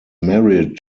married